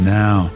now